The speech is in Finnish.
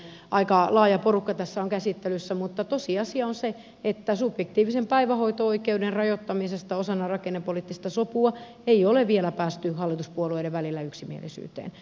aika laaja porukka tässä on käsittelyssä mutta tosiasia on se että subjektiivisen päivähoito oikeuden rajoittamisesta osana rakennepoliittista sopua ei ole vielä päästy hallituspuolueiden välillä yksimielisyyteen